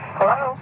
Hello